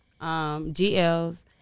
GLs